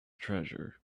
treasure